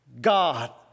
God